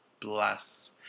bless